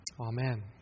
Amen